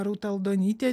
rūta aldonytė